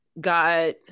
got